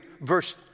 verse